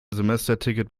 semesterticket